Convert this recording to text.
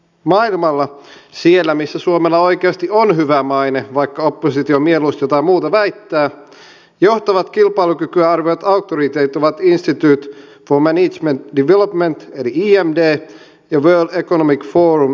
maailmalla siellä missä suomella oikeasti on hyvä maine vaikka oppositio mieluusti jotain muuta väittää johtavat kilpailukykyä arvioivat auktoriteetit ovat international institute for management development eli imd ja world economic forum eli wef